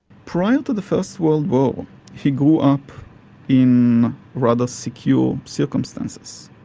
prior to the first world war he grew up in rather secure circumstances.